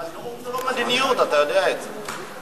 אבל זה לא מדיניות, אתה יודע את זה.